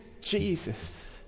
Jesus